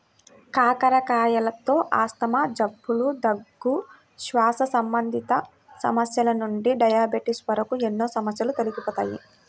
కాకరకాయలతో ఆస్తమా, జలుబు, దగ్గు, శ్వాస సంబంధిత సమస్యల నుండి డయాబెటిస్ వరకు ఎన్నో సమస్యలు తొలగిపోతాయి